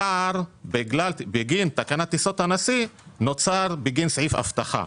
הפער בגין תקנת טיסות הנשיא נוצר בגין סעיף אבטחה.